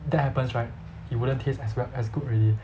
that happens right it wouldn't taste as well as good already